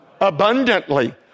abundantly